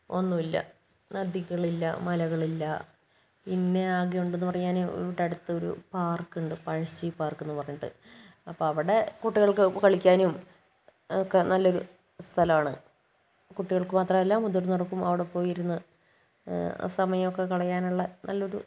ഒന്നുമില്ല നദികളില്ല മലകളില്ല പിന്നെ ആകെ ഉണ്ടെന്നു പറയാൻ ഇവിടെ അടുത്ത് ഒരു പാർക്ക് ഉണ്ട് പഴശ്ശി പാർക്കെന്ന് പറഞ്ഞിട്ട് അപ്പോൾ അവിടെ കുട്ടികൾക്ക് കളിക്കാനും ഒക്കെ നല്ലൊരു സ്ഥലമാണ് കുട്ടികൾക്ക് മാത്രമല്ല മുതിർന്നവർക്കും അവിടെ പോയിരുന്ന് സമയമൊക്കെ കളയാനുള്ള നല്ലൊരു